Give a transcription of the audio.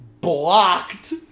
blocked